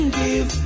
give